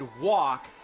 walk